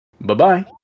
Bye-bye